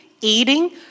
eating